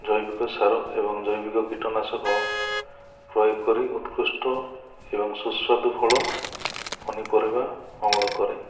ଜୈବିକ ସାର ଏବଂ ଜୈବିକ କୀଟନାଶକ ପ୍ରୟୋଗ କରି ଉତ୍କୃଷ୍ଟ ଏବଂ ସୁସ୍ୱାଦୁ ଫଳ ପନିପରିବା ଅମଳ କରେ